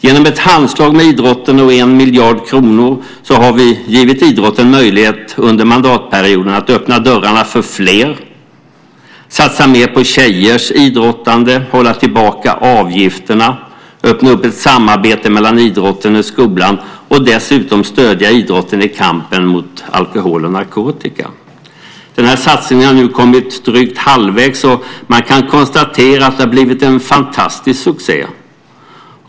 Genom ett handslag med idrotten och 1 miljard kronor har vi under mandatperioden givit idrotten möjlighet att öppna dörrarna för fler, satsa mer på tjejers idrottande, hålla tillbaka avgifterna, öppna upp ett samarbete mellan idrotten och skolan och dessutom stödja idrotten i kampen mot alkohol och narkotika. Den här satsningen har nu kommit drygt halvvägs, och man kan konstatera att det har blivit en fantastisk succé.